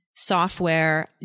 software